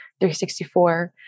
364